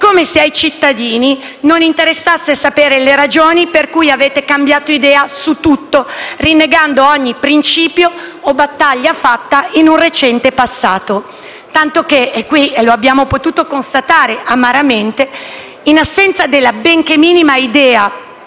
come se ai cittadini non interessasse conoscere le ragioni per cui avete cambiato idea su tutto, rinnegando ogni principio o battaglia fatta in un recente passato. Tanto che - e lo abbiamo potuto constatare amaramente - in assenza della benché minima idea